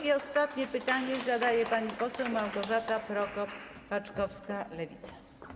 I ostatnie pytanie zadaje pani poseł Małgorzata Prokop-Paczkowska, Lewica.